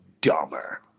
dumber